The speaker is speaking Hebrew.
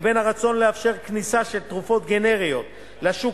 לבין הרצון לאפשר כניסה של תרופות גנריות לשוק,